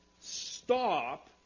stop